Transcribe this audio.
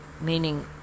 meaning